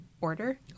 order